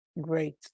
great